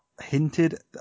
hinted